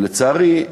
ולצערי,